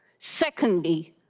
secondly,